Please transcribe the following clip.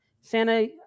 Santa